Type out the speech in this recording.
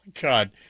God